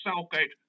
Southgate